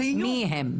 זה איום! מי הם?